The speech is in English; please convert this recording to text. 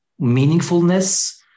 meaningfulness